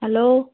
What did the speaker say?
hello